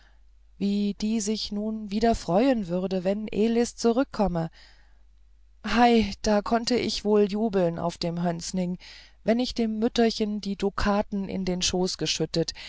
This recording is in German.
wie die sich nun wieder freuen würde wenn elis zurückgekommen hei da konnt ich wohl jubeln auf dem hönsning wenn ich dem mütterchen die dukaten in den schoß geschüttet